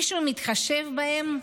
מישהו מתחשב בהם?